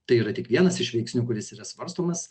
tai yra tik vienas iš veiksnių kuris yra svarstomas